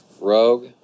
rogue